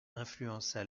influença